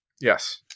Yes